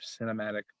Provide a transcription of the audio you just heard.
cinematic